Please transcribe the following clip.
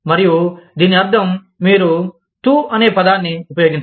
మరియు దీని అర్థం మీరు TU అనే పదాన్ని ఉపయోగించరు